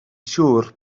siŵr